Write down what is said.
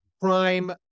prime